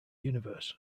universe